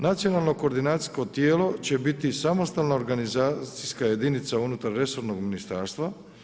Nacionalno koordinacijsko tijelo će biti samostalna organizacijska jedinica unutar resornog ministarstva.